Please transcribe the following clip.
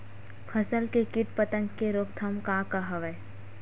फसल के कीट पतंग के रोकथाम का का हवय?